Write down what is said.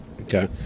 Okay